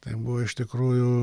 tai buvo iš tikrųjų